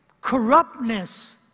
corruptness